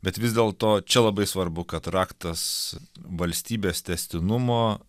bet vis dėlto čia labai svarbu kad raktas valstybės tęstinumo